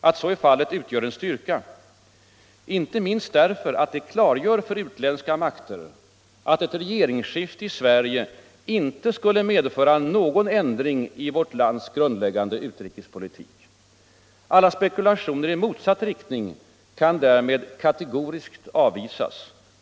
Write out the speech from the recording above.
Att så är fallet utgör en styrka, inte minst därför att det klargör för utländska makter att ett regeringsskifte i Sverige inte skulle medföra någon ändring i vårt lands grundläggande utrikespolitik. All spekulationer i motsatt riktning kan därmed kategoriskt avvisas.